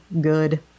good